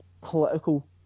political